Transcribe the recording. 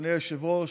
אדוני היושב-ראש,